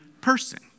person